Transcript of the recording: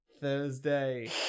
Thursday